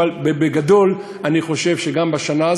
אבל בגדול אני חושב שגם השנה,